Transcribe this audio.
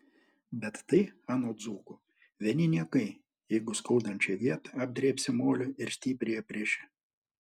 bet tai anot dzūkų vieni niekai jeigu skaudančią vietą apdrėbsi moliu ir stipriai apriši